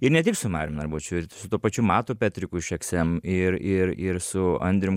ir ne tik su marium narbučiu ir su tuo pačiu matu petriku iš eksem ir ir ir su andrium